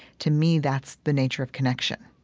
to me, that's the nature of connection,